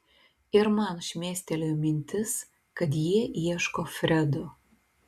ir man šmėstelėjo mintis kad jie ieško fredo